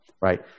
right